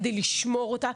כדי לשמור אותה.